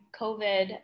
COVID